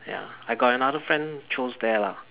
ya I got another friend chose there lah